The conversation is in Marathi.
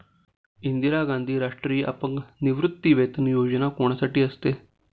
इंदिरा गांधी राष्ट्रीय अपंग निवृत्तीवेतन योजना कोणासाठी असते?